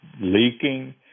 leaking